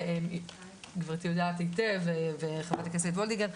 וגבירתי יודעת היטב וחברת הכנסת וולדיגר,